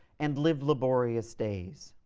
and live laborious days,